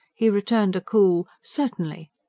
he returned a cool certainly,